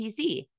PC